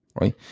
right